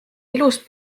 ilus